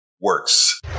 works